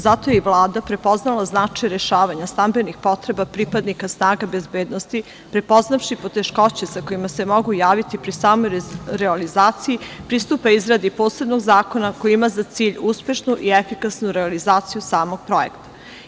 Zato je Vlada prepoznala značaj rešavanja stambenih potreba pripadnika snaga bezbednosti, prepoznavši teškoće koje se mogu javiti u realizaciji pristupa izradi posebnog zakona koji ima za cilj uspešnu i efikasnu realizaciju samog projekta.